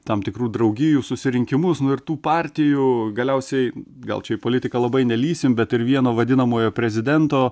tam tikrų draugijų susirinkimus ir tų partijų galiausiai gal čia į politiką labai nelįsim bet ir vieno vadinamojo prezidento